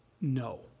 no